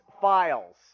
Files